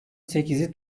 sekizi